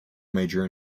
major